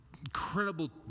incredible